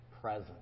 present